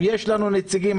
יש לנו נציגים.